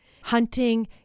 hunting